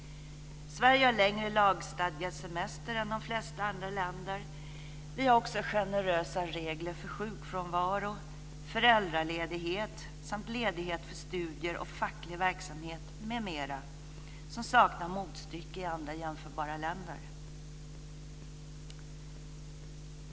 Sverige har längre lagstadgad semester än de flesta andra länder. Vi har också generösa regler för sjukfrånvaro, föräldraledighet samt ledighet för studier och facklig verksamhet m.m. som saknar motstycke i andra jämförbara länder.